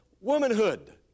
womanhood